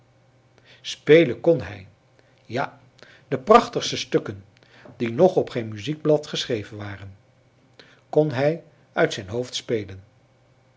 spelen kon hij ja de prachtigste stukken die nog op geen muziekblad geschreven waren kon hij uit zijn hoofd spelen